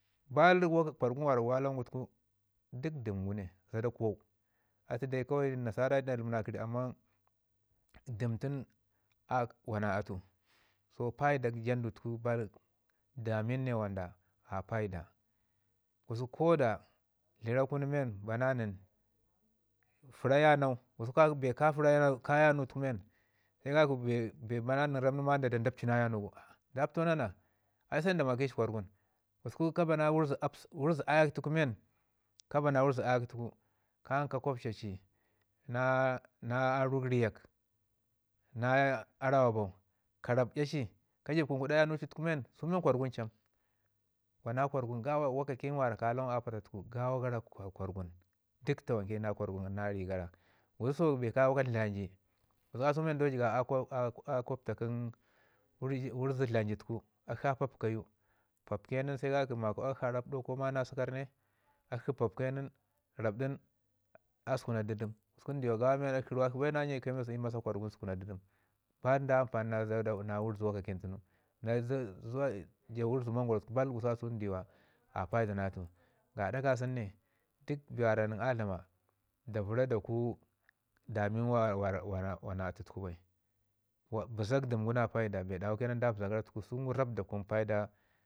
baal woka kwargun wa lawangu tuku dək dəm gu ne zaɗa kuwau nasara ɗalmina amman kə ri dəm tun a wanan atu so paida jandu tuku baal damin ne mi wara a paida. Gusku ko da tləra kuno ne bana nən fəru yanau bee ka yanutuku men se ka ki bee na na nən rab nin men ma da da dapci na yanugu nda patau nana di se dayi da ma ki ci kwargun. Gusku ka ba na wurzu absawu wurzu ayak tuku men ka ba na wurzu ayak tuku kan ka kwapci ci na- na arug rriyak na arawa bau ka rapɗa ci ka jəb kunkuɗa yanu ci men so men kwargun cham. Wana kwargun gawa wokakin mi ka lawan gara a pata tuku gawo kwargun duk tawanke na gwargun ri gara. Gusku so bee ka woka tlahje gusku kasau men ndo jəgab a- a- a gwapta wurzu tlahje tuku ci papkayu, pap ke nin se ka ki akshi a rapɗau ma ko na səkar ne, akshi pap ke nin rapɗun a sukunde dədəm gusku ndo jəgab ruwakshi bai na nye kemis a masa kwargun sukuna dədəm baal da apani na atu na kwargun sukuna dədəm tunu z- z- zuwa ja wurzu mangwaro tuku baal gusku kasau ndiwa a paida na atu. Gaɗa ka sunu ne duk bee wara nən a dlama da vəra da kunu damin wa- wa- ra- wara wana atu tuku bai. Bəza dəm gu na paida bee dawu ke nan da bəza gara tuku gusku su gu rab da kunu paida